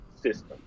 system